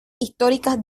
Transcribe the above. históricas